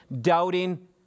doubting